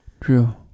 True